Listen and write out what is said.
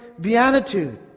beatitude